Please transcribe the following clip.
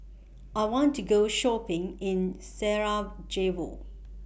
I want to Go Shopping in Sarajevo